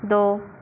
दो